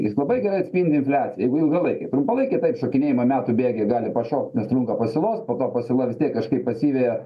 jis labai gerai atspindi infliaciją jeigu ilgalaikė trumpalaikį šokinėjimą metų bėgyje gali pašokt nes trūko pasiūlos po to pasiūla kažkaip pasiveja